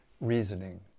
reasoning